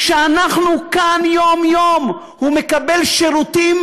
כשאנחנו כאן יום-יום, הוא מקבל שירותים